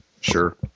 Sure